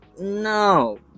no